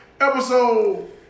Episode